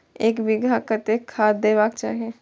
एक बिघा में कतेक खाघ देबाक चाही?